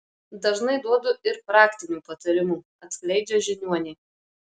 dažnai duodu ir praktinių patarimų atskleidžia žiniuonė